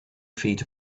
feet